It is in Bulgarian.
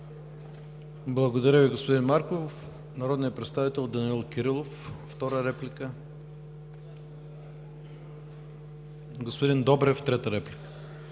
Благодаря Ви, господин Марков. Народният представител Данаил Кирилов – втора реплика, господин Добрев – трета реплика.